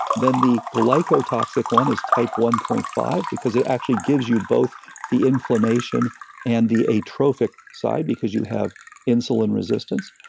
then the glycotoxic one is type one point five, because it actually gives you both the inflammation and the atrophic side, because you have insulin resistance.